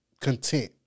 content